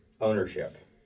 ownership